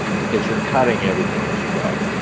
because you're cutting everything as you go.